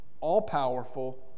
all-powerful